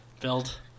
build